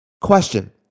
Question